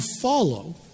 follow